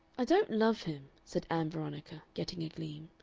i don't love him, said ann veronica, getting a gleam.